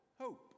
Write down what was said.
hope